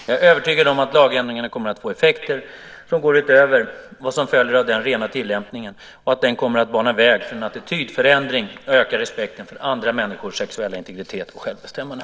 Jag är övertygad om att lagändringarna kommer att få effekter som går utöver vad som följer av den rena tillämpningen och att den kommer att bana väg för en attitydförändring och öka respekten för andra människors sexuella integritet och självbestämmande.